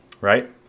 right